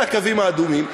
אלה הקווים האדומים.